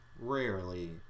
rarely